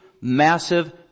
massive